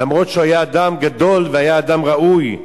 אף שהוא היה אדם גדול ואדם ראוי,